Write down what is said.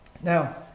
Now